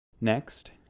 Next